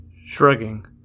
Shrugging